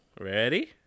Ready